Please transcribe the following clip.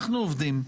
--- אנחנו עובדים.